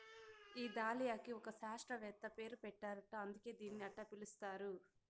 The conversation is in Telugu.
ఈ దాలియాకి ఒక శాస్త్రవేత్త పేరు పెట్టారట అందుకే దీన్ని అట్టా పిలుస్తారు